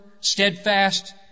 steadfast